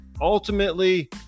ultimately